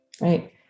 right